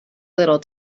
little